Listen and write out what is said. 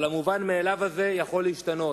אבל המובן מאליו הזה יכול להשתנות.